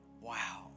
wow